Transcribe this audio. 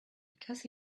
because